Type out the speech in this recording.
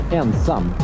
ensam